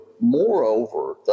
moreover